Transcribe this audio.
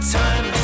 time